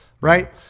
Right